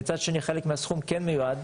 מצד שני חלק מהסכום כן מיועד.